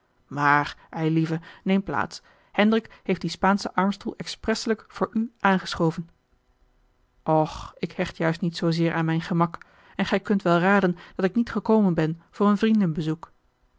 maar eilieve neem plaats hendrik heeft dien spaanschen armstoel expresselijk voor u aangeschoven och ik hecht juist niet zoozeer aan mijn gemak en gij kunt wel raden dat ik niet gekomen ben voor een